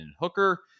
Hooker